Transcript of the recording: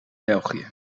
belgië